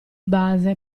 base